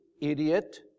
idiot